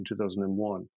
2001